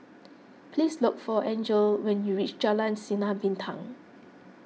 please look for Angele when you reach Jalan Sinar Bintang